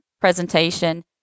presentation